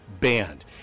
banned